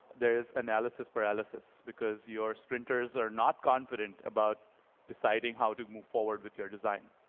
there's analysis paralysis. because your sprinters are not confident about deciding how to move forward with your design.